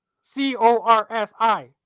C-O-R-S-I